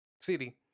city